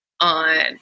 on